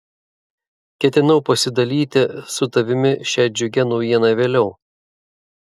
ketinau pasidalyti su tavimi šia džiugia naujiena vėliau